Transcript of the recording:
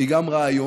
היא גם רעיון,